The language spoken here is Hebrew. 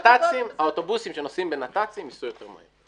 האוטובוסים שנוסעים בנתצ"ים ייסעו יותר מהר.